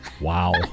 Wow